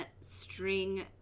string